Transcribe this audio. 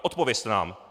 Odpovězte nám!